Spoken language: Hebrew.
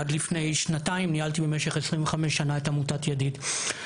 עד לפני שנתיים ניהלתי במשך 25 שנה את עמותת ידיד.